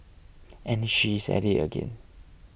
and she is at it again